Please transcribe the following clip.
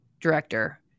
director